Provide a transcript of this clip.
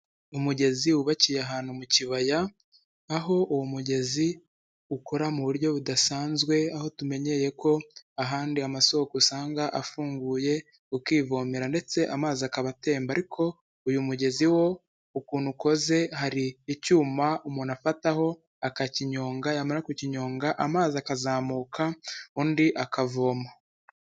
Umugezi wubakiye ahantu mu kibaya aho uwo mugezi ukora mu buryo budasanzwe aho tumenyereye ko ahandi amasoko usanga afunguye ukivomera ndetse amazi akaba atemba ariko uyu mugezi wo ukuntu ukoze hari icyuma umuntu afataho akakinyonga yamara kukinyonga amazi akazamuka undi akavoma.